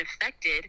affected